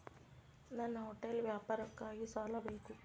ನನ್ನ ಹೋಟೆಲ್ ವ್ಯಾಪಾರಕ್ಕಾಗಿ ಸಾಲ ಬೇಕು